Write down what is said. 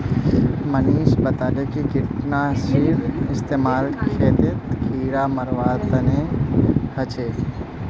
मनीष बताले कि कीटनाशीर इस्तेमाल खेतत कीड़ा मारवार तने ह छे